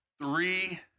Three